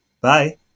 Bye